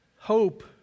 Hope